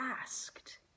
asked